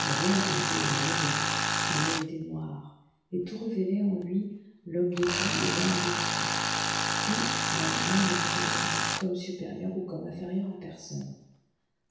d'ailleurs il était jeune et beau son oeil était noir et tout révélait en lui l'homme de goût et l'homme d'esprit qui dans le monde ne se regarde comme supérieur ou comme inférieur à personne